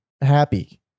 happy